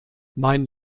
mein